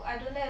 oh